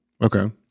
Okay